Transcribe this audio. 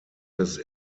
his